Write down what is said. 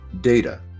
data